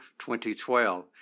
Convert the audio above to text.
2012